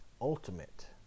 ultimate